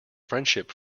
friendship